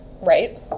Right